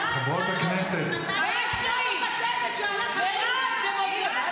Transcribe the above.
חברות הכנסת, תודה רבה.